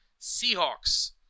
Seahawks